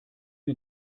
mir